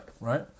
Right